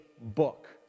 book